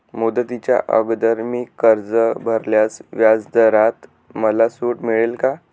मुदतीच्या अगोदर मी कर्ज भरल्यास व्याजदरात मला सूट मिळेल का?